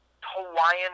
Hawaiian